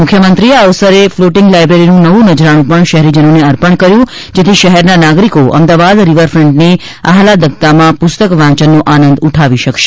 મુખ્યમંત્રીએ આ અવસર ફ્લોટિંગ લાઇબ્રેરીનું નવું નજરાણું પણ શહેરીજનોને અર્પણ કર્યું જેથી શહેરના નાગરિકો અમદાવાદ રિવરફન્ટની આહ્નાદકતામાં પુસ્તક વાંચનનો આનંદ ઉઠાવી શકશે